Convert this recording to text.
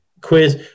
quiz